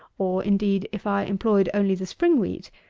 or indeed if i employed only the spring wheat,